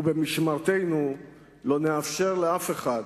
ובמשמרתנו לא נאפשר לאף אחד,